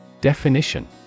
Definition